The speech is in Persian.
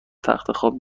تختخواب